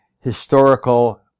historical